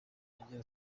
agira